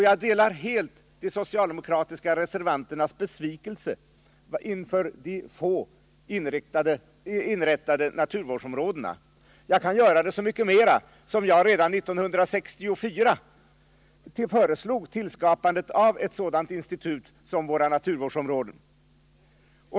Jag delar helt de socialdemokratiska reservanternas besvikelse inför att så få naturvårdsområden hittills inrättats. Jag kan göra det så mycket mera som jag redan 1964 föreslog tillskapandet av ett sådant institut som våra naturvårdsområden.